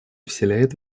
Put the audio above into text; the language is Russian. вселяет